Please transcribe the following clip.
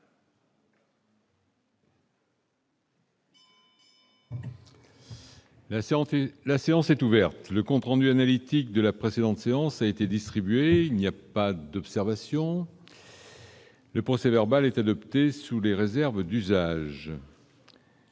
La séance est ouverte.. Le compte rendu analytique de la précédente séance a été distribué. Il n'y a pas d'observation ?... Le procès-verbal est adopté sous les réserves d'usage.